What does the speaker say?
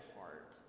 heart